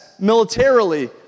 militarily